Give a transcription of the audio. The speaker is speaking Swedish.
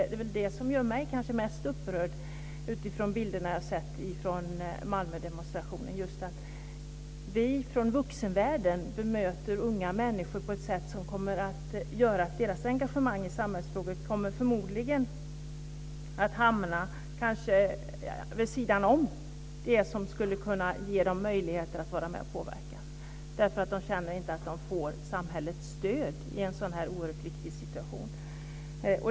Det är kanske det som gör mig mest upprörd när det gäller de bilder jag sett från Malmödemonstrationen: Vi från vuxenvärlden bemöter unga människor på ett sätt som gör att deras engagemang i samhällsfrågor förmodligen kommer att hamna vid sidan om det som skulle kunna ge dem möjligheter att vara med och påverka, då de inte känner att de får samhällets stöd i en sådan här oerhört viktig situation.